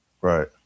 Right